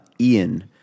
ian